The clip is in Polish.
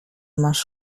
masz